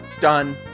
done